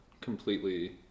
completely